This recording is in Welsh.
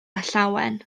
llawen